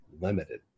limited